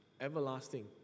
everlasting